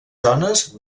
zones